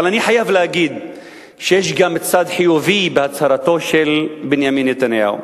אבל אני חייב להגיד שיש גם צד חיובי בהצהרתו של בנימין נתניהו.